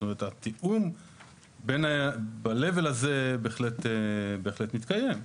זאת אומרת, התיאום בדרג הזה בהחלט מתקיים.